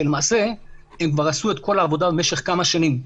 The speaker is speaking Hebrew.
שלמעשה הן כבר עשו את כל העבודה במשך כמה שנים.